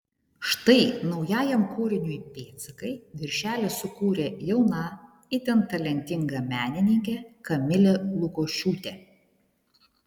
štai naujajam kūriniui pėdsakai viršelį sukūrė jauna itin talentinga menininkė kamilė lukošiūtė